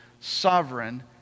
sovereign